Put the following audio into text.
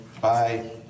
Bye